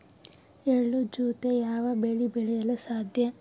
ಎಳ್ಳು ಜೂತೆ ಯಾವ ಬೆಳೆ ಬೆಳೆಯಲು ಸಾಧ್ಯ?